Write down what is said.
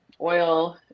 Oil